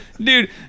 Dude